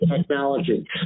technology